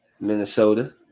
Minnesota